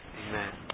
Amen